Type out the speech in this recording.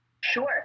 Sure